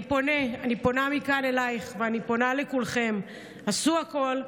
אני פונה מכאן אלייך ואני פונה לכולכם: עשו הכול,